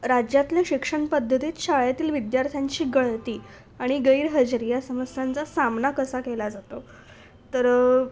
राज्यातले शिक्षण पद्धतीत शाळेतील विद्यार्थ्यांची गळती आणि गैरहजेरी या समस्यांचा सामना कसा केला जातो तर